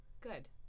Good